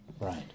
Right